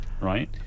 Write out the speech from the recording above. right